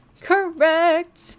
Correct